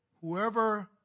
whoever